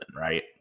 right